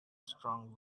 strong